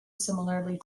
similarly